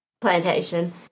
Plantation